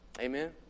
Amen